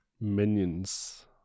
Minions